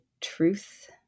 truth